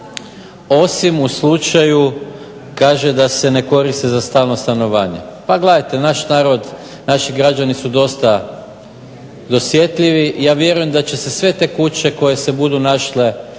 osim u slučaju kaže da se ne koriste za stalno stanovanje. Pa gledajte, naš narod, naši građani su dosta dosjetljivi. Ja vjerujem da će se sve te kuće koje se budu našle